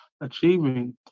achieving